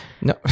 No